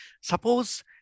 suppose